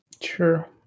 Sure